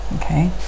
Okay